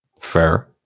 Fair